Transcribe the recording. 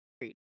great